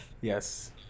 Yes